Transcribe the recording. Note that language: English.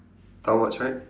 downwards right